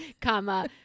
comma